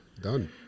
done